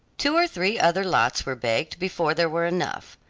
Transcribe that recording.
two or three other lots were baked before there were enough.